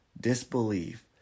disbelief